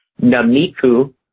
Namiku